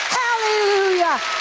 hallelujah